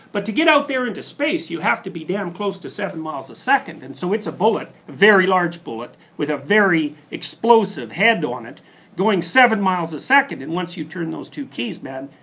but to get out there into space, you have to be damn close to seven miles a second. and so it's a bullet, a very large bullet with a very explosive head on it going seven miles a second. and once you turn those two keys man,